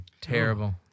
Terrible